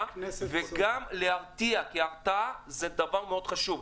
וגם להרתיע כי הרתעה זה דבר מאוד חשוב.